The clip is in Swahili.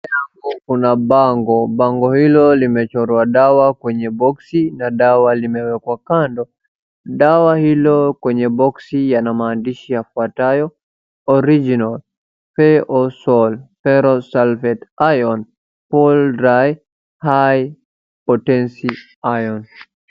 Hapo kuna bango, bango hilo limechorwa dawa kwenye boxi na dawa limewekwa kando, dawa hilo kwenye boxi yana maandishi yafuatwayo, original, pay or sold, ferrous sulfate iron, high potency iron .